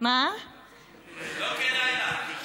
לא כדאי לך.